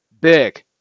big